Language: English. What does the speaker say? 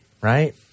right